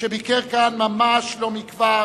שביקר כאן ממש לא מכבר,